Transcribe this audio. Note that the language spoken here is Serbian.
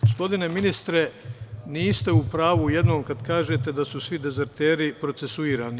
Gospodine ministre, niste upravu u jednom kada kažete da su svi dezerteri procesuirani.